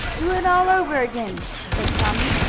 do it all over again! said tommie.